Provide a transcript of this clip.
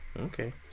Okay